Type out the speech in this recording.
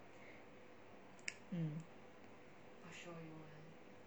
hmm